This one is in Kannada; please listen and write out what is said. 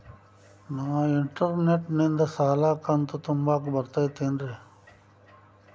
ನಾ ಇಂಟರ್ನೆಟ್ ನಿಂದ ಸಾಲದ ಕಂತು ತುಂಬಾಕ್ ಬರತೈತೇನ್ರೇ?